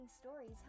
stories